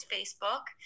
Facebook